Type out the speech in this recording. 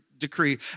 decree